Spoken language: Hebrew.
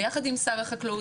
ביחד עם שר החקלאות,